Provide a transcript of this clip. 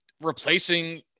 replacing